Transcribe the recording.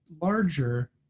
larger